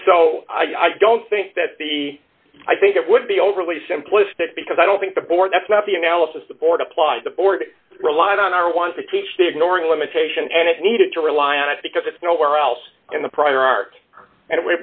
and so i don't think that the i think it would be overly simplistic because i don't think the board that's not the analysis the board applied the board relied on are want to teach that ignoring limitation and it needed to rely on it because it's nowhere else in the prior art and